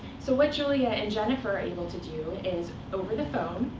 so what julia and jennifer are able to do is over the phone,